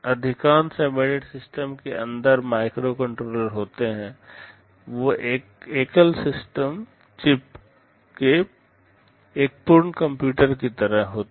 अधिकांश embedded system के अंदर माइक्रोकंट्रोलर होते हैं वे एक एकल सिंगल चिप में एक पूर्ण कंप्यूटर की तरह होते हैं